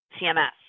CMS